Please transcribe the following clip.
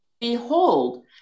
Behold